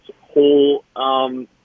whole